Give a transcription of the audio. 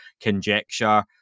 conjecture